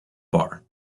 bar